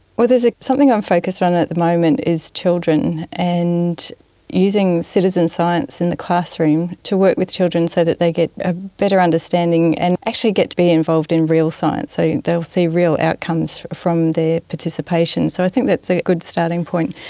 well, there's something i'm focused on at the moment is children, and using citizen science in the classroom to work with children so that they get a better understanding and actually get to be involved in real science, so they will see real outcomes from their participation. so i think that's a good starting point.